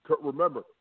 Remember